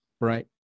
right